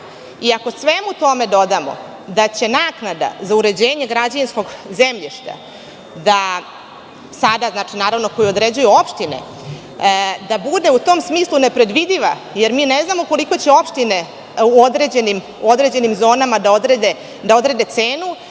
i ako svemu tome dodamo da će naknada za uređenje građevinskog zemljišta, koju sada određuju opštine, da bude u tom smislu nepredvidiva, jer mi ne znamo koliko će opštine u određenim zonama da odrede cenu,